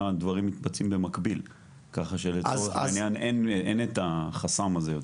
דברים נעשים במקביל ואין כבר את החסם הזה.